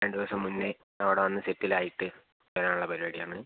രണ്ടു ദിവസം മുന്നേ അവിടെ വന്ന് സെറ്റിൽ ആയിട്ട് ഇരിക്കാനുള്ള പരിപാടിയാണ്